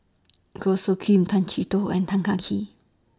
Goh Soo Khim Tay Chee Toh and Tan Kah Kee